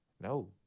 No